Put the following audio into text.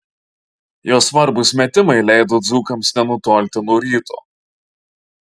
jo svarbūs metimai leido dzūkams nenutolti nuo ryto